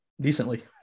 decently